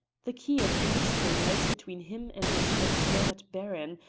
the key of the mystery lies between him and this absurd baron,